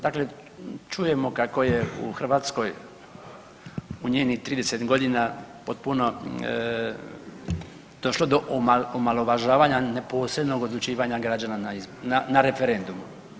Dakle, čujemo kako je u Hrvatskoj u njenih 30 godina potpuno došlo do omalovažavanja neposrednog odlučivanja građana na referendumu.